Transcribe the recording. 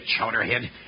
chowderhead